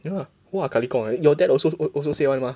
you know !wah! kaligong right your dad also also say [one] mah